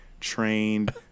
trained